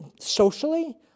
socially